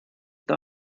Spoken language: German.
der